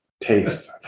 taste